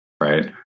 right